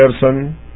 person